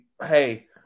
hey